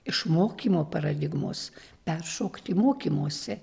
iš mokymo paradigmos peršokt į mokymosi